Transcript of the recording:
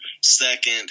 second